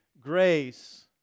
grace